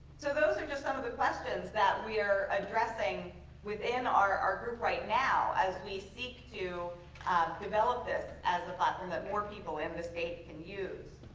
so those are just some of the questions that we are addressing within our our group right now as we seek to develop this as a platform that more people in the state can use.